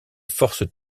forces